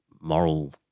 moral